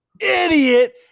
idiot